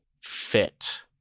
fit